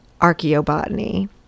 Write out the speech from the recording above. archaeobotany